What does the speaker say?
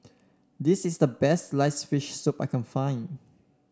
this is the best sliced fish soup I can find